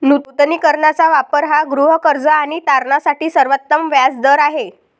नूतनीकरणाचा वापर हा गृहकर्ज आणि तारणासाठी सर्वोत्तम व्याज दर आहे